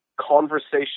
conversation